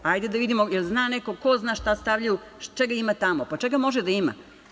Hajde da vidimo, jel zna neko, ko zna šta stavljaju, čega ima tamo, pa čega može da ima?